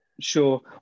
Sure